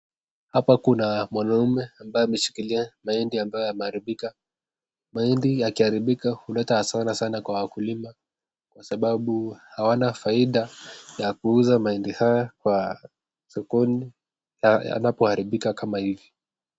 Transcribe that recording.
Hapa kuna mwanaume ambaye ameshikilia mahindi ambayo yameharibika. Mahindi ikiharibika huleta hasara sana kwa wakulima kwa sababu hawana faida ya kuuza mahindi hawa kwa sokoni yanapoharibika kama hivi.